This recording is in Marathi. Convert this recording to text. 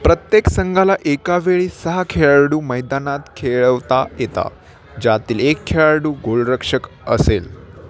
प्रत्येक संघाला एकावेळी सहा खेळाडू मैदानात खेळवता येतील ज्यातील एक खेळाडू गोलरक्षक असेल